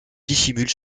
dissimule